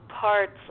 parts